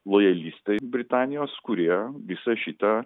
lojalistai britanijos kurie visą šitą